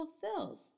fulfills